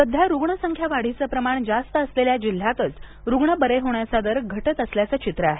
सध्या रुग्णसंख्या वाढीचं प्रमाण जास्त असलेल्या जिल्ह्यातच रुग्ण बरे होण्याचा दर घटत असल्याचं चित्र आहे